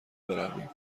برویم